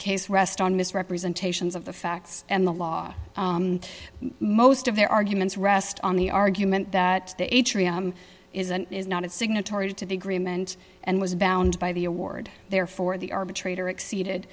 case rests on misrepresentations of the facts and the law most of their arguments rest on the argument that the atrium is and is not a signatory to the agreement and was bound by the award therefore the arbitrator exceeded